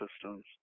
systems